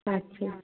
ਅੱਛਾ